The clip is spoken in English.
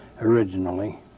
originally